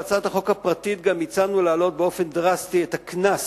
בהצעת החוק הפרטית גם הצענו להעלות באופן דרסטי את הקנס